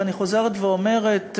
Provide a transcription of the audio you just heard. ואני חוזרת ואומרת,